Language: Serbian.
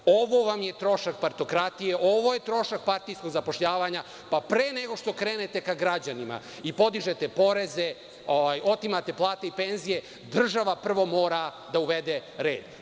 Ovo vam je trošak partokratije, ovo je trošak partijskog zapošljavanja i pre nego što krenete ka građanima i podižete poreze, otimate plate i penzije, država prvo mora da uvede red.